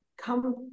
come